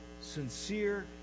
sincere